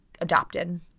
adopted